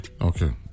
Okay